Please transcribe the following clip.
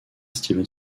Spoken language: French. steven